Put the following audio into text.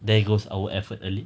there goes our effort early